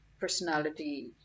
personality